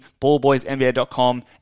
ballboysnba.com